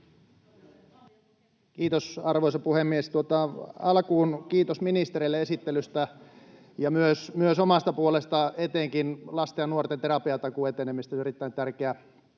Kiitos, arvoisa puhemies! Alkuun kiitos ministereille esittelystä ja myös omasta puolestani etenkin lasten ja nuorten terapiatakuun etenemisestä. Erittäin tärkeä